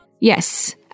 Yes